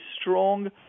strong